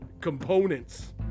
Components